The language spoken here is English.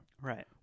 Right